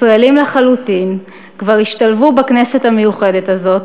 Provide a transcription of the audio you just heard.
ישראלים לחלוטין, כבר השתלבו בכנסת המיוחדת הזאת,